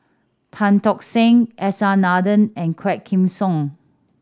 Tan Tock San S R Nathan and Quah Kim Song